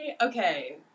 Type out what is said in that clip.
Okay